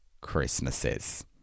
Christmases